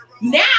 Now